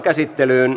asia